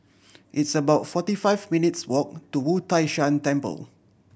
it's about forty five minutes' walk to Wu Tai Shan Temple